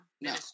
No